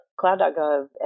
Cloud.gov